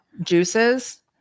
juices